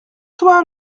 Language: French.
toi